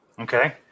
okay